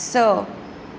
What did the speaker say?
स